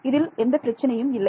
இதில் எந்த பிரச்சினையும் இல்லை